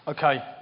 Okay